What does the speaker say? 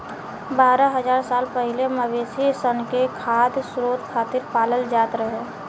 बारह हज़ार साल पहिले मवेशी सन के खाद्य स्रोत खातिर पालल जात रहे